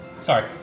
Sorry